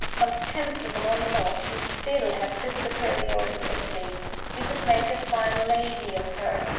contemptible, or not, you still had this superiority over me you could make a fine lady of her.